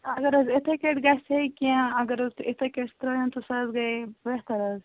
اَگر حظ یِتھَے پٲٹھۍ گَژھِ ہَے کیٚنٛہہ اَگر حظ تُہۍ یِتھٕے پٲٹھۍ ترٛٲوِو سُہ حظ گٔیٲے بہتر حظ